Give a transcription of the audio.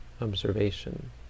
observation